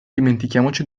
dimentichiamoci